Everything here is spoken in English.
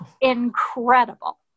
incredible